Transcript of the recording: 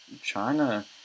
China